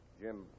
Jim